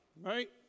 right